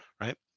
right